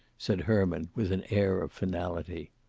said herman, with an air of finality.